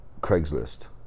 Craigslist